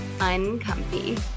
uncomfy